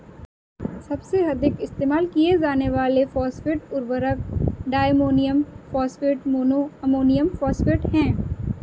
सबसे अधिक इस्तेमाल किए जाने वाले फॉस्फेट उर्वरक diammonium phosphate, mono ammonium phosphate हैं